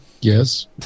Yes